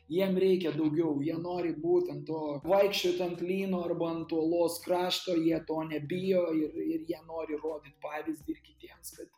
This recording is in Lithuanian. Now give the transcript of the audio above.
jiem reikia daugiau jie nori būtent to vaikščioti ant lyno arba ant uolos krašto jie to nebijo ir ir jie nori rodyt pavyzdį ir kitiems kad